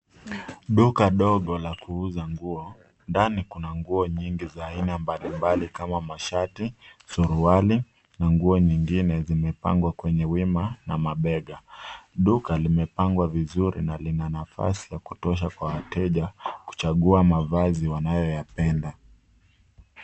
Duka dogo la kuuza nguo, ndani kuna nguo nyingi za aina mbalimbali kama mashati, suruali na nguo nyingine zimepangwa kwenye wima na mabega. Duka limepangwa vizuri na lina nafasi ya kutosha kwa wateja kuchagua mavazi wanayoyapenda.